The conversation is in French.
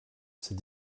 c’est